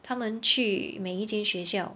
他们去每一间学校